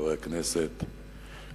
חברי הכנסת,